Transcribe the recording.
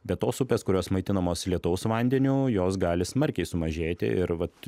bet tos upės kurios maitinamos lietaus vandeniu jos gali smarkiai sumažėti ir vat